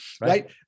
Right